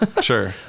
Sure